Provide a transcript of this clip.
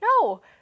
No